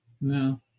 No